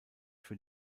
für